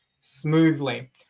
smoothly